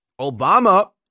Obama